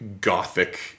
gothic